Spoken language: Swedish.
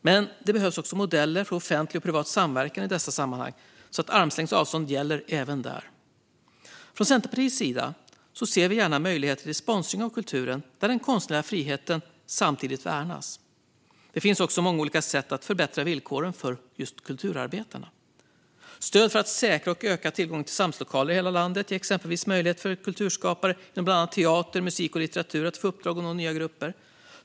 Men det behövs också modeller för offentlig och privat samverkan i dessa sammanhang, så att armlängds avstånd gäller även där. Från Centerpartiets sida ser vi gärna möjligheter till sponsring av kulturen där den konstnärliga friheten samtidigt värnas. Det finns också många olika sätt att förbättra villkoren för kulturarbetare. Stöd för att säkra och öka tillgången på samlingslokaler i hela landet ger exempelvis möjlighet för kulturskapare inom bland annat teater, musik och litteratur att få uppdrag och nå nya grupper.